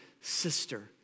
sister